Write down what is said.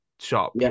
shop